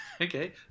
Okay